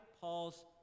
Paul's